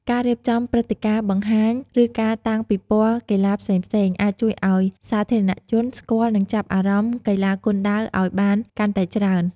ការរៀបចំព្រឹត្តិការណ៍បង្ហាញ ឬការតាំងពិព័រណ៍កីឡាផ្សេងៗ អាចជួយឱ្យសាធារណជនស្គាល់ និងចាប់អារម្មណ៍កីឡាគុនដាវអោយបានកាន់តែច្រើន។